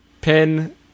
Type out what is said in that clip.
Pin